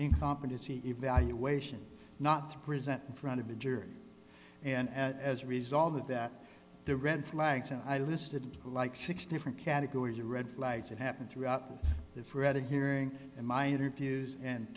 incompetency evaluation not to present in front of a jury and as a result of that the red flags and i listed like six different categories of red flags that happened throughout the thread a hearing in my interviews and